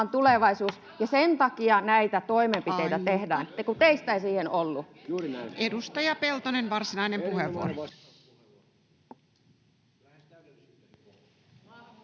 [Puhemies: Aika!] Sen takia näitä toimenpiteitä tehdään, ja kun teistä ei siihen ollut. Edustaja Peltonen, varsinainen puheenvuoro.